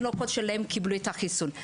מאתיופיה התינוקות שלהן קיבלו את החיסון.